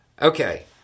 Okay